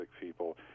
people